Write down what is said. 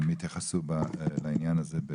הם יתייחסו לעניין הזה.